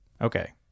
okay